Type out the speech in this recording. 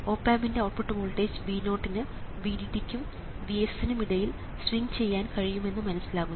op ആമ്പിന്റെ output voltage V0 ന് VDD ക്കും VSS നും ഇടയിൽ സ്വിംഗ് ചെയ്യാൻ കഴിയുമെന്ന് മനസ്സിലാകുന്നു